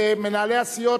מנהלי הסיעות,